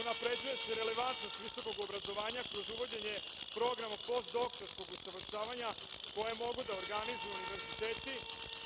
Unapređuje se relevantnost visokog obrazovanja kroz uvođenje programa postdoktorskog usavršavanja koje mogu da organizuju univerziteti.